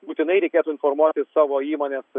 būtinai reikėtų informuoti savo įmonės